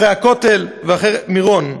אחרי הכותל ואחרי מירון.